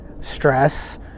stress